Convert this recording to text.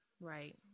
Right